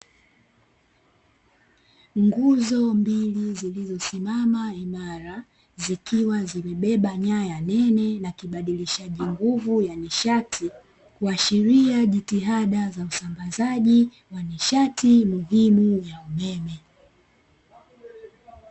Nguzo mbili zilizosimama imara zikiwa zimebeba nyaya nene, na kibadilishaji nguvu ya nishati, kuashiria jitihada za usambazaji wa nishati muhimu ya umeme.